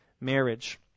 marriage